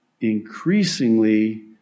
increasingly